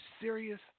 serious